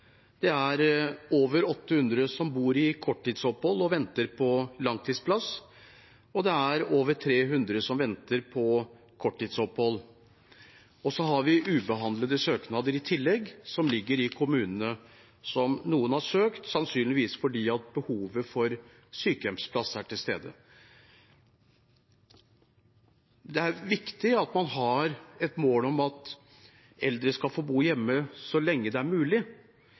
det er over 800 som er på korttidsopphold og venter på langtidsplass, og det er over 300 som venter på korttidsopphold. Så har vi ubehandlede søknader i kommunene i tillegg, der noen har søkt sannsynligvis fordi behovet for sykehjemsplass er til stede. Det er viktig at man har et mål om at eldre skal få bo hjemme så lenge det er mulig.